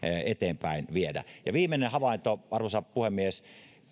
eteenpäin viedä ja viimeinen havainto arvoisa puhemies